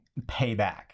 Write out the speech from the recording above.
payback